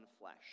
flesh